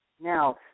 Now